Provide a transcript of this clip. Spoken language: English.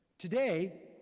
today,